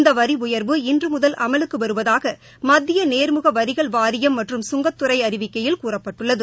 இந்த வரி உயர்வு இன்று முதல் அமலுக்கு வருவதாக மத்திய நேர்முக வரிகள் வாரியம் மற்றும் சுங்கத்துறை அறிவிக்கையில் கூறப்பட்டுள்ளது